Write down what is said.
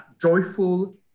joyful